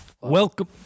Welcome